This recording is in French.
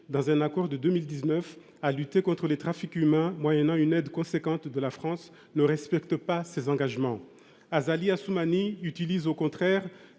dans un accord de 2019, à lutter contre les trafics humains, moyennant une aide conséquente de la France, ne respecte pas ses engagements. Azali Assoumani utilise au contraire